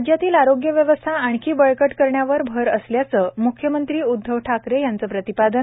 राज्यातील आरोग्य व्यवस्था आणखी बळकट करण्यावर भर असल्याचं मुख्यमंत्री उद्धव ठाकरे यांचं प्रतिपादन